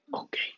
Okay